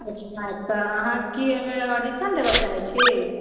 अच्छा अच्छा अहाँ की एहिमे ऑडीसन देबऽ चाहैत छी